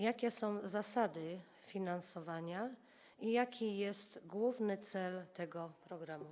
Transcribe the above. Jakie są zasady finansowania i jaki jest główny cel tego programu?